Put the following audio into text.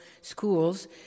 schools